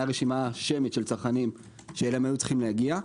רשימה שמית של צרכנים שאליהם היו צריכים להגיע.